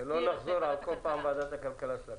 כדי שלא נחזור כל פעם על "ועדת הכלכלה של הכנסת".